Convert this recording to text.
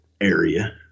area